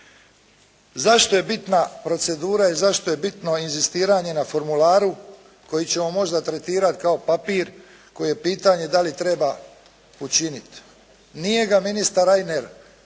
Zašto je bitna procedura i zašto je bitno inzistiranje na formularu koji ćemo možda tretirati kao papir koji je pitanje da li treba učiniti. Nije ga ministar Reiner još